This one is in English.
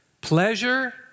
pleasure